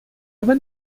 aber